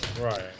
Right